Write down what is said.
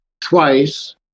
twice